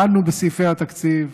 דנו בסעיפי התקציב,